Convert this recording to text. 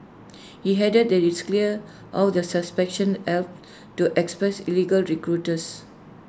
he added that is clear how the suspension helps to expose illegal recruiters